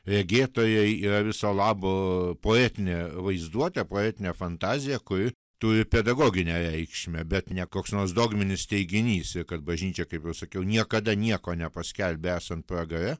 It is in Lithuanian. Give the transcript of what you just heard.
regėtojai yra viso labo poetinė vaizduotė poetinė fantazija kuri turi pedagoginę reikšmę bet ne koks nors dogminis teiginys kad bažnyčia kaip ir sakiau niekada nieko nepaskelbė esant pragare